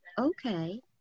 Okay